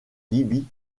libye